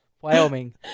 Wyoming